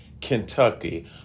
Kentucky